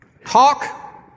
Talk